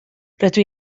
rydw